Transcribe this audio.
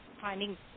finding